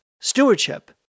stewardship